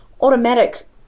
automatic